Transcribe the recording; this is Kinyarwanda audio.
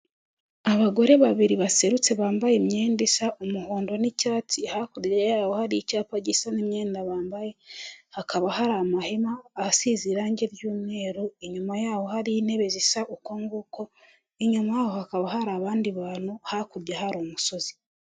Abagore babiri baserutse bambaye imyenda isa umuhondo n'icyatsi hakurya yaho hari icyapa gisa n'imyenda bambaye, hakaba hari amahema asize irangi ry'umweru inyuma yaho hari intebe zisa uku nguko, inyu yaho hakaba hari abandi bantu hakurya hari umusozi.